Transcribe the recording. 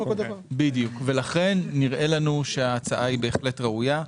לכן נראה לנו שההצעה בהחלט ראויה.